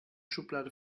schublade